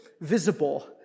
visible